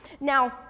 Now